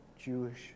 Jewish